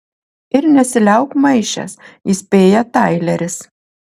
ir nesiliauk maišęs įspėja taileris